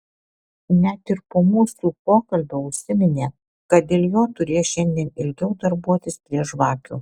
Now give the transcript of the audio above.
net ir po mūsų pokalbio užsiminė jog dėl jo turės šiandien ilgiau darbuotis prie žvakių